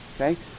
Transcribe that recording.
Okay